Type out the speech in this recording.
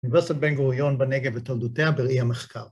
‫אוניברסיטת בן גוריון בנגב ‫ותולדותיה בראי המחקר.